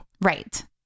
Right